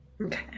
Okay